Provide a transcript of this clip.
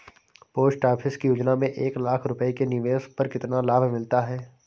Post office की योजना में एक लाख रूपए के निवेश पर कितना लाभ मिलता है?